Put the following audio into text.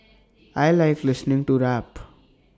I Like listening to rap